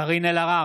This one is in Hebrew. קארין אלהרר,